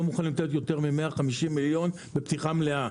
מוכנים לתת יותר מ-150 מיליון בפתיחה מלאה.